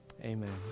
Amen